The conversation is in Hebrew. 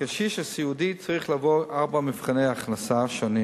הקשיש הסיעודי צריך לעבור ארבעה מבחני הכנסה שונים